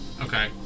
Okay